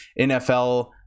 NFL